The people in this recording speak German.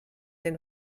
den